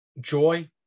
Joy